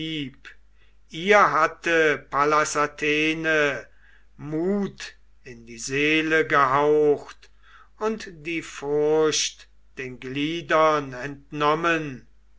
ihr hatte pallas athene mut in die seele gehaucht und die furcht den gliedern entnommen